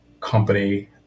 company